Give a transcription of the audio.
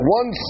one